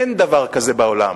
אין דבר כזה בעולם.